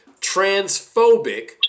transphobic